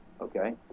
okay